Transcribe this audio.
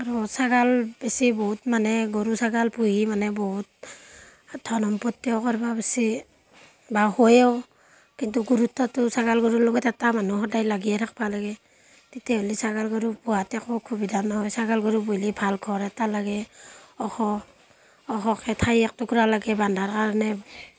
আৰু ছাগাল বেচি বহুত মানে গৰু ছাগাল পুহি মানে বহুত ধন সম্পত্তিও কৰিব পাৰিছে বা হয়ো কিন্তু গুৰুত্বটো ছাগাল গৰুৰ লগত এটা মানুহ সদায় লাগিয়েই থাকিব লাগে তেতিয়াহ'লে ছাগাল গৰু পোহাতে একো অসুবিধা নহয় ছাগাল গৰু পুহিলে ভাল ঘৰ এটা লাগে ওখ ওখকৈ ঠাই এক টুকুৰা লাগে বন্ধাৰ কাৰণে